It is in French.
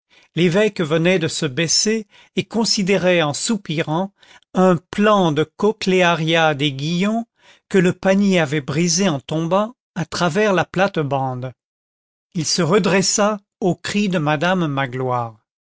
l'évêque venait de se baisser et considérait en soupirant un plant de cochléaria des guillons que le panier avait brisé en tombant à travers la plate-bande il se redressa au cri de madame magloire